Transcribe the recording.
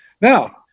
Now